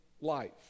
life